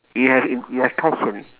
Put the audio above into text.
you have you have passion